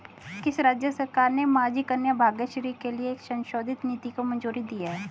किस राज्य सरकार ने माझी कन्या भाग्यश्री के लिए एक संशोधित नीति को मंजूरी दी है?